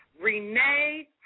Renee